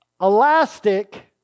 elastic